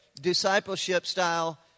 discipleship-style